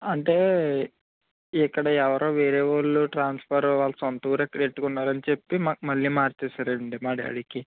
అంటే ఇక్కడ ఎవరో వేరే వాళ్ళు ట్రాన్స్ఫర్ వాళ్ళ సొంత ఊరు పెట్టుకున్నారని చెప్పి మా మళ్ళీ మార్చేసారండి మా డాడీకి